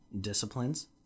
disciplines